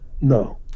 No